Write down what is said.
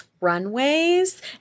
runways